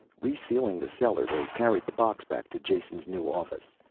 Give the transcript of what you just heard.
resealing the cellar, they carried the box back to jason's new office.